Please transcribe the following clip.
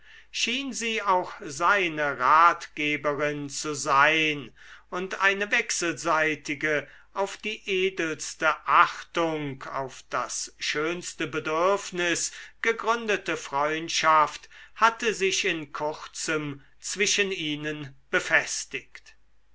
schien sie auch seine ratgeberin zu sein und eine wechselseitige auf die edelste achtung auf das schönste bedürfnis gegründete freundschaft hatte sich in kurzem zwischen ihnen befestigt